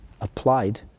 applied